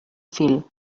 fil